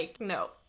No